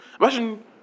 Imagine